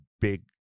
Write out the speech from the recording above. big